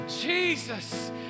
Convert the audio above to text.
Jesus